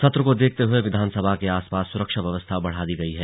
सत्र को देखते हुए विधानसभा के आसपास सुरक्षा व्यवस्था बढ़ा दी गई है